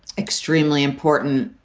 extremely important.